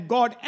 God